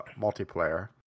multiplayer